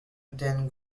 then